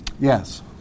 yes